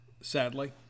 sadly